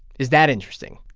is that interesting?